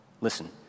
Listen